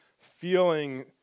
Feeling